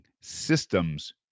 systems